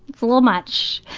that's a little much,